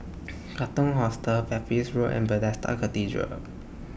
Katong Hostel Pepys Road and Bethesda Cathedral